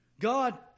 God